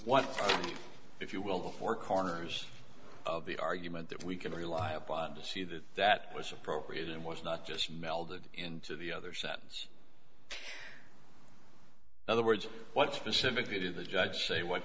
one if you will four corners of the argument that we can rely upon to see that that was appropriate and was not just melded into the other sentence other words what specifically did the judge say what